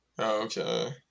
Okay